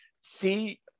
see